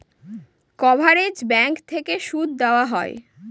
coverage bank থেকে সুদ দেওয়া হয়